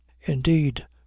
indeed